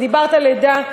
ודיברת על לידה,